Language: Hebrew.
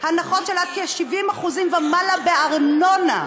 הנחות של עד כ-70% ומעלה בארנונה.